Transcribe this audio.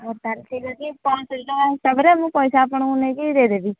ହେଉ ତାହେଲେ ଠିକ୍ ଅଛି ପଞ୍ଚଷଠି ଟଙ୍କା ହିସାବରେ ମୁଁ ପଇସା ଆପଣଙ୍କୁ ନେଇକି ଦେଇଦେବି